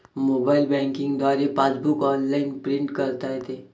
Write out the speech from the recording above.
mobile banking द्वारे passbook online print करता येते